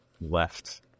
left